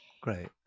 Great